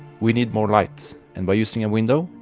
we need more light, and by using a window,